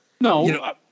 No